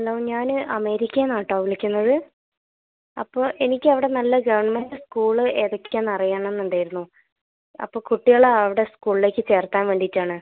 hello ഞാൻ അമേരിക്കയിൽനിന്നാണ് കേട്ടോ വിളിക്കുന്നത് അപ്പോൾ എനിക്കവിടെ നല്ല ഗവണ്മെൻറ്റ് സ്കൂള് ഏതൊക്കെയാണ് എന്ന് അറിയണം എന്നുണ്ടായിരുന്നു അപ്പോൾ കുട്ടികളെ അവിടെ സ്കൂളിലേക്ക് ചേർത്താൻ വേണ്ടിയിട്ടാണ്